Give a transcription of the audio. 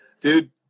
dude